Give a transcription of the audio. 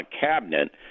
cabinet